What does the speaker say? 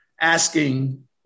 asking